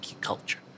culture